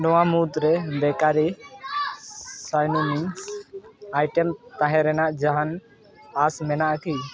ᱱᱚᱣᱟ ᱢᱩᱫᱽ ᱨᱮ ᱵᱮᱠᱟᱨᱤ ᱥᱤᱡᱚᱱᱤᱝ ᱟᱭᱴᱮᱢᱥ ᱛᱟᱦᱮᱸ ᱨᱮᱱᱟᱜ ᱡᱟᱦᱟᱱ ᱟᱥ ᱢᱮᱱᱟᱜ ᱟᱠᱤ